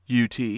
UT